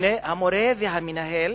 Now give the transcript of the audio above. המורה או המנהל